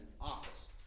office